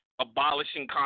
Abolishing